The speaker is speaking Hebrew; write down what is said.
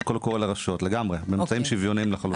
קול קורא לרשויות באמצעים שוויוניים לחלוטין.